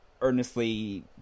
earnestly